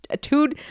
Two